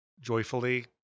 joyfully